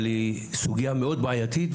אבל היא סוגייה מאד בעייתית.